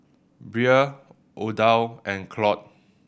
Brea Odile and Claude